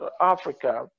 Africa